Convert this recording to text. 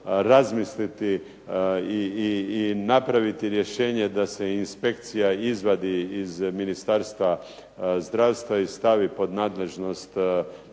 razmisliti i napraviti rješenje da se inspekcija izvadi iz Ministarstva zdravstva i stavi pod nadležnosti